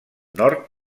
nord